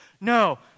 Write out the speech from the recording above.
No